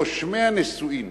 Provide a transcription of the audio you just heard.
אדוני השר, רושמי הנישואים